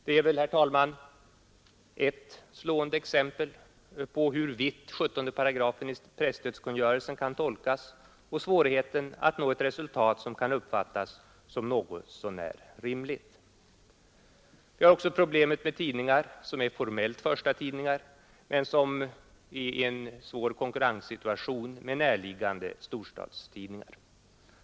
Det är väl, herr talman, ett slående exempel på hur vitt 17 § i presstödskungörelsen kan tolkas och svårigheten att nå ett resultat som kan uppfattas som något så när rimligt. Vi har också problemet med tidningar som är formellt förstatidningar men som är i svår konkurrenssituation med närliggande storstadstidningar.